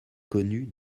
connus